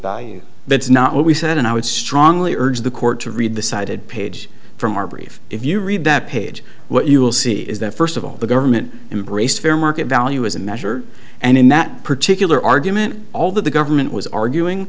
value that's not what we said and i would strongly urge the court to read the cited page from our brief if you read that page what you will see is that first of all the government embraced fair market value as a measure and in that particular argument all that the government was arguing